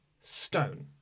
stone